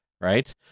right